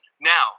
Now